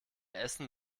essen